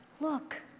look